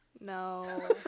No